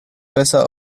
besser